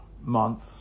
months